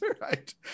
right